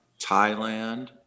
Thailand